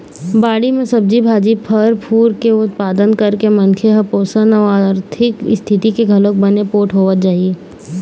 बाड़ी म सब्जी भाजी, फर फूल के उत्पादन करके मनखे ह पोसन अउ आरथिक इस्थिति ले घलोक बने पोठ होवत जाही